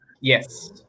yes